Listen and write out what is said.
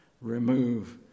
remove